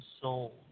soul